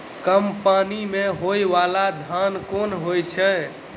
कम पानि मे होइ बाला धान केँ होइ छैय?